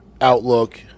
Outlook